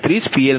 36PL 32